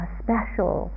special